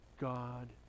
God